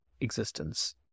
existence